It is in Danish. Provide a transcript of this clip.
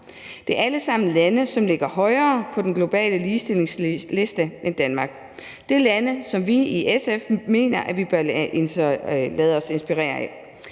Det er alle sammen lande, som ligger højere på den globale ligestillingsliste end Danmark. Det er lande, som vi i SF mener vi bør lade os inspirere af.